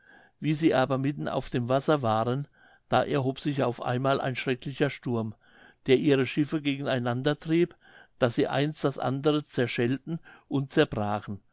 wie sie aber mitten auf dem wasser waren da erhob sich auf einmal ein schrecklicher sturm der ihre schiffe gegen einander trieb daß sie eins das andere zerschellten und zerbrachen